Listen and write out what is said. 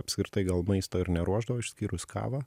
apskritai gal maisto ir neruošdavo išskyrus kavą